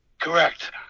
Correct